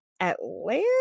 Atlanta